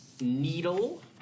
needle